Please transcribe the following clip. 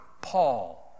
Paul